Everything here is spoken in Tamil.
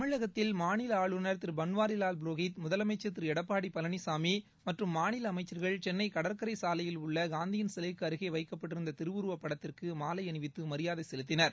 தமிழகத்தில் மாநில ஆளுநர் திரு பன்வாரிலால் புரோஹித் முதலமைச்சர் திரு எடப்பாடி பழனிசாமி மற்றும் மாநில அமைச்சர்கள் சென்னை கடற்கரை சாலையில் உள்ள காந்தியின் சிலைக்கு அருகே வைக்கப்பட்டிருந்த திருவுருவப்படத்திற்கு மாலை அணிவித்து மரியாதை செலுத்தினர்